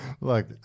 Look